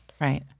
Right